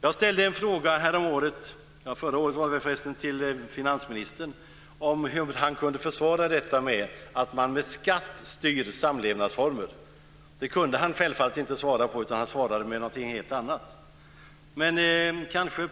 Jag ställde förra året en fråga till finansministern om hur han kunde försvara detta att man med skatt styr samlevnadsformer. Det kunde han självfallet inte svara på, utan han svarade med någonting helt annat.